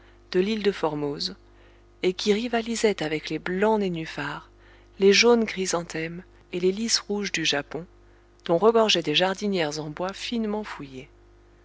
de l'île de formose et qui rivalisaient avec les blancs nénuphars les jaunes chrysanthèmes et les lis rouges du japon dont regorgeaient des jardinières en bois finement fouillé